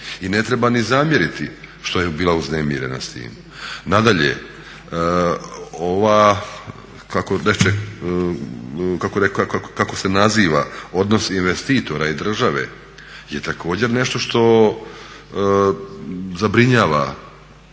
I ne treba ni zamjeriti što je bila uznemirena s time. Nadalje, kako se naziva odnos investitora i države je također nešto što zabrinjava